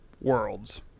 worlds